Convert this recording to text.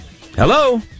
Hello